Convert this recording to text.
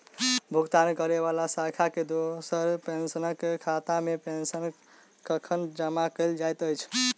भुगतान करै वला शाखा केँ द्वारा पेंशनरक खातामे पेंशन कखन जमा कैल जाइत अछि